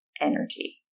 energy